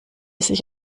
sich